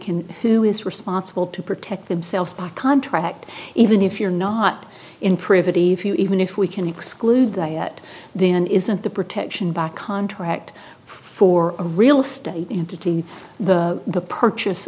can who is responsible to protect themselves by contract even if you're not in privity view even if we can exclude that yet then isn't the protection by contract for a real estate entity the the purchase